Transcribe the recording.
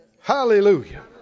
Hallelujah